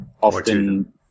often